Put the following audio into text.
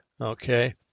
Okay